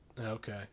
Okay